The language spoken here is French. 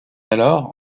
alors